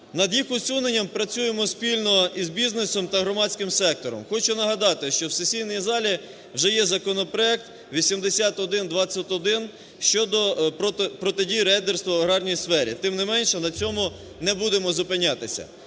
Над їх усуненням працюємо спільно із бізнесом та громадським сектором. Хочу нагадати, що в сесійній залі вже є законопроект 8121 щодо протидії рейдерства в аграрній сфері. Тим не менше на цьому не будемо зупинятися.